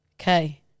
Okay